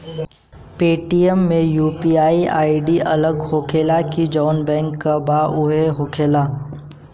Paytm के UPI ID अलग होखेला की जाऊन बैंक के बा उहे होखेला?